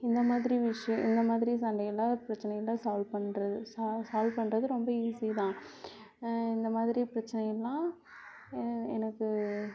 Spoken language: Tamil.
இந்த மாதிரி விஷய இந்த மாதிரி சண்டையெல்லாம் பிரச்சனையில்லை சால்வ் பண்றது சா சால்வ் பண்றது ரொம்ப ஈஸி தான் ஆ இந்த மாதிரி பிரச்சனையெல்லாம் எனக்கு